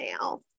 now